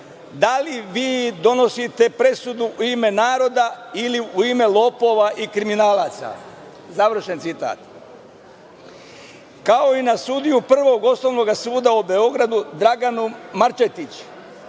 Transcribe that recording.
„Da li vi donosite presudu u ime naroda ili u ime lopova i kriminalaca“, završen citat. Kao i na sudiju Prvog osnovnog suda u Beogradu, Draganu Marčetić,